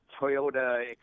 Toyota